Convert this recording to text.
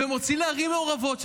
ומוציא לערים מעורבות,